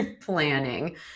planning